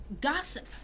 gossip